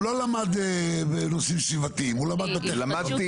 הוא לא למד נושאים סביבתיים, הוא למד בטכניון.